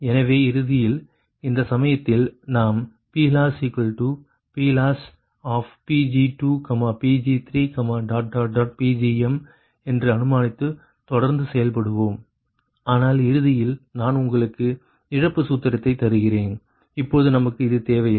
எனவே இறுதியில் இந்த சமயத்தில் நாம் PLossPLossPg2Pg3Pgm என்று அனுமானித்து தொடர்ந்து செயல்படுவோம் ஆனால் இறுதியில் நான் உங்களுக்கு இழப்பு சூத்திரத்தை தருகிறேன் இப்பொழுது நமக்கு இது தேவை இல்லை